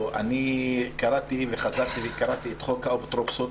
קראתי וחזרתי וקראתי את חוק האפוטרופסות.